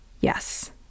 Yes